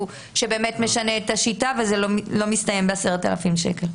שבאמת משנה את השיטה וזה לא מסתיים ב-10,000 שקל.